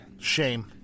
Shame